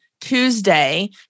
Tuesday